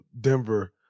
Denver